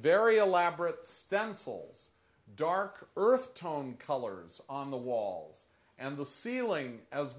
very elaborate stencils dark earth tone colors on the walls and the ceiling as